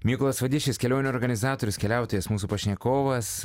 mykolas vadišis kelionių organizatorius keliautojas mūsų pašnekovas